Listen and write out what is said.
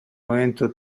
movimento